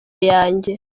yanjye